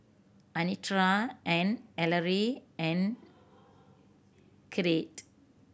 Anitra and Ellery and Crete